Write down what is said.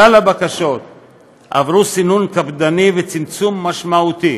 כלל הבקשות עברו סינון קפדני וצמצום משמעותי,